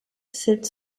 sept